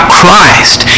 christ